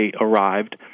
arrived